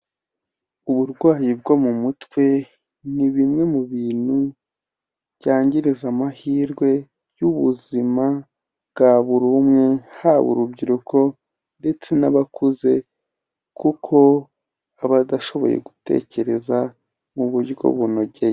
Uburwayi bwo mu mutwe, ni bimwe mu bintu byangiriza amahirwe y'ubuzima bwa buri umwe haba urubyiruko, ndetse n'abakuze kuko aba adashoboye gutekereza, mu buryo bunogeye.